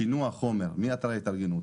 שינוע חומר מאתר ההתארגנות,